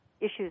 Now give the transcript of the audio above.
issues